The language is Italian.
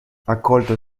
accolto